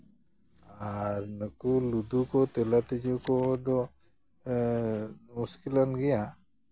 ᱟᱨ ᱱᱩᱠᱩ ᱞᱩᱫᱩ ᱠᱚ ᱛᱮᱞᱮ ᱛᱤᱡᱩ ᱠᱚᱫᱚ ᱢᱩᱥᱠᱤᱞᱟᱱ ᱜᱮᱭᱟ